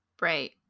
Right